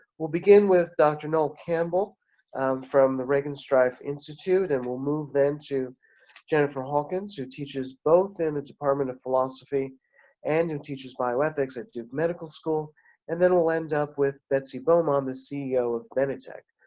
we'll begin with dr. noll campbell from the regenstrief institute, and we'll move then to jennifer hawkins who teaches both in the department of philosophy and and teachers bioethics at duke medical school and then we'll end up with betsy bowman the ceo of benetech.